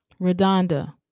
Redonda